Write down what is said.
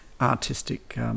artistic